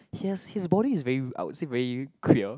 he has his body is very I would say very queer